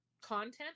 content